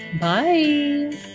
Bye